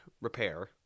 repair